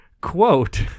quote